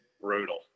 brutal